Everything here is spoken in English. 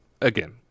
again